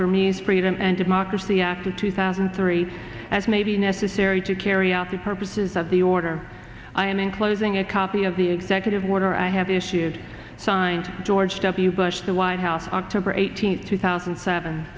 burmese freedom and democracy act of two thousand and three as may be necessary to carry out the purposes of the order i am enclosing a copy of the executive order i have issued signed george w bush the white house october eighteenth two thousand and seven